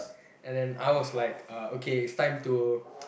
and then I was like uh okay it's time to